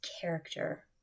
character